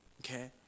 Okay